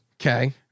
Okay